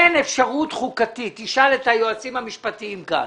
אין אפשרות חוקתית - תשאל את היועצים המשפטיים כאן